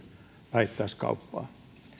vähittäiskauppaan